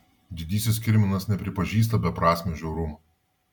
didysis kirminas nepripažįsta beprasmio žiaurumo